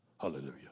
Hallelujah